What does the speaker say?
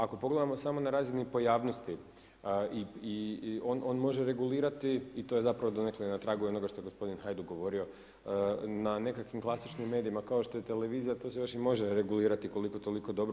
Ako pogledamo samo po razini pojavnosti i on može regulirati i to je zapravo donekle i na tragu i onoga što je gospodin Hajduk govorio, na nekakvim klasičnim medijima, kao što je televizor, tu se još i može regulirati, koliko toliko dobro.